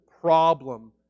problem